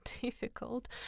difficult